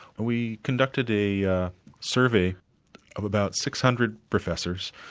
we conducted a ah survey of about six hundred professors,